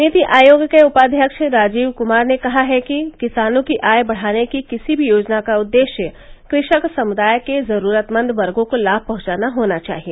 नीति आयोग के उपाध्यक्ष राजीव कुमार ने कहा है कि किसानों की आय बढ़ाने की किसी भी योजना का उद्देश्य कृषक समुदाय के जरूरतमंद वर्गों को लाभ पहुंचाना होना चाहिए